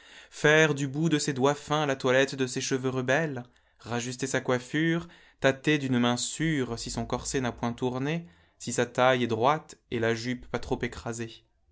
faire du bout de ses doigts fins la toilette de ses cheveux rebelles rajuster sa coiffure tater d'une main sûre si son corset n'a point tourné si sa taille est droite et la jupe pas trop écrasée